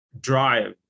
drive